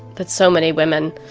that so many women